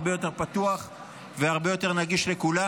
הרבה יותר פתוח והרבה יותר נגיש לכולם.